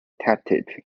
tactic